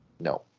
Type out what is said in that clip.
No